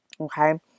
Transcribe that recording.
Okay